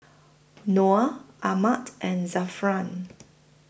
Noah Ahmad and Zafran